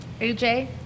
AJ